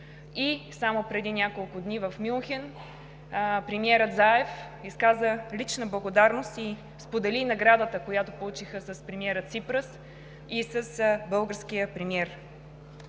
Само преди няколко дни в Мюнхен премиерът Заев изказа лична благодарност и сподели наградата, която получиха с премиера Ципрас и с българския премиер.